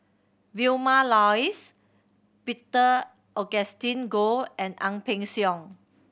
Vilma Laus Peter Augustine Goh and Ang Peng Siong